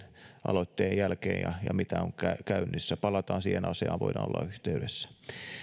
aloitteen jälkeen ja ja mitä on käynnissä palataan siihen asiaan voidaan olla yhteydessä